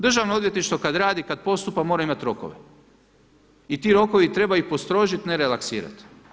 Državno odvjetništvo kad radi, kad postupa mora imat rokove i ti rokovi treba ih postrožiti, ne relaksirati.